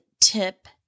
tip